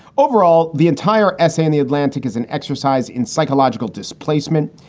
overall, the entire essay in the atlantic is an exercise in psychological displacement,